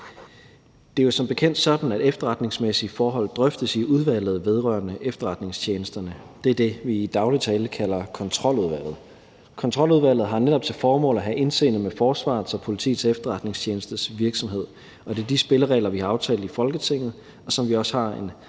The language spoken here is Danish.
Det er jo som bekendt sådan, at efterretningsmæssige forhold drøftes i Udvalget Vedrørende Efterretningstjenesterne, og det er det, vi i daglig tale kalder Kontroludvalget. Kontroludvalget har netop til formål at have indseende med Forsvarets Efterretningstjeneste og Politiets Efterretningstjenestes virksomhed, og det er de spilleregler, vi har aftalt i Folketinget, og som vi også har en